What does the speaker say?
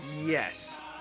Yes